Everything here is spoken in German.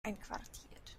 einquartiert